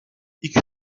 iki